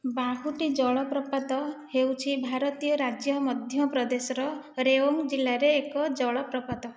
ବାହୁଟି ଜଳପ୍ରପାତ ହେଉଛି ଭାରତୀୟ ରାଜ୍ୟ ମଧ୍ୟପ୍ରଦେଶର ରେୱା ଜିଲ୍ଲାର ଏକ ଜଳପ୍ରପାତ